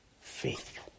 faith